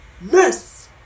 Miss